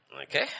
okay